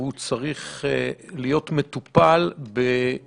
והוא צריך להיות מטופל לא